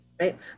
right